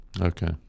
Okay